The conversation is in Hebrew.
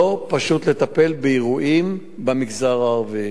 לא פשוט לטפל באירועים במגזר הערבי.